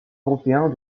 européens